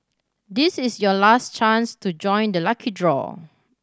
this is your last chance to join the lucky draw